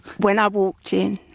when i walked in,